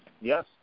Yes